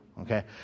Okay